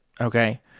okay